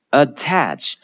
attach